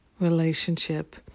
relationship